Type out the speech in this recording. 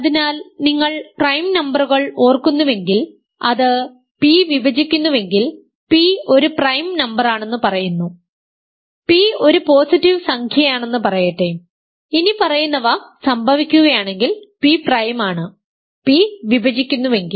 അതിനാൽ നിങ്ങൾ പ്രൈം നമ്പറുകൾ ഓർക്കുന്നുവെങ്കിൽ അത് p വിഭജിക്കുന്നുവെങ്കിൽ p ഒരു പ്രൈം നമ്പറാണെന്ന് പറയുന്നു p ഒരു പോസിറ്റീവ് സംഖ്യയാണെന്ന് പറയട്ടെ ഇനിപ്പറയുന്നവ സംഭവിക്കുകയാണെങ്കിൽ p പ്രൈം ആണ് p വിഭജിക്കുന്നുവെങ്കിൽ